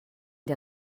der